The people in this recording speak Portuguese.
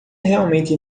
realmente